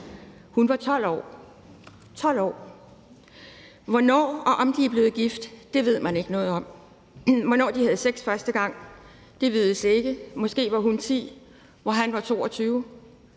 Hun var 12 år – 12 år! Hvornår og om de er blevet gift, ved man ikke noget om. Hvornår de havde sex første gang, vides ikke. Måske var hun 10, og han var 22.